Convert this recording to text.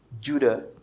Judah